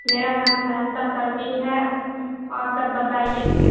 میرا نام سائستہ پروین ہے اور سب بتائیے